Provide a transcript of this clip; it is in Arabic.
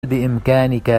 بإمكانك